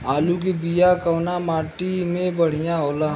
आलू के बिया कवना माटी मे बढ़ियां होला?